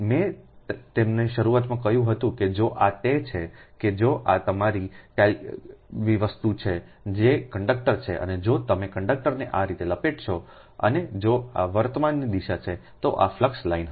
મેં તમને શરૂઆતમાં કહ્યું હતું કે જો આ તે છે કે જો આ તમારી icalભી વસ્તુ છે જે કંડક્ટર છે અને જો તમે કંડક્ટરને આ રીતે લપેટશો અને જો આ વર્તમાનની દિશા છે તો આ ફ્લક્સ લાઇન હશે